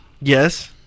yes